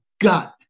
gut